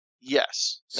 Yes